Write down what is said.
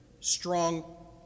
strong